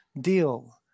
deal